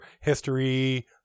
history